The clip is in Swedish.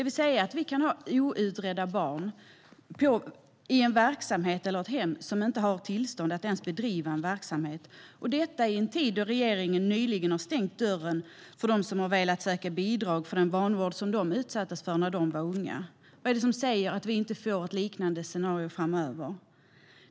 Vi kan alltså ha outredda barn i en verksamhet eller i ett hem som inte ens har tillstånd att bedriva en verksamhet, och detta i en tid då regeringen nyligen har stängt dörren för dem som har velat söka bidrag för den vanvård som de utsattes för när de var unga. Vad är det som säger att vi inte får ett liknande scenario framöver?